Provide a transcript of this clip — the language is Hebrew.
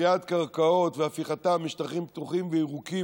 לגריעת קרקעות והפיכתן משטחים פתוחים וירוקים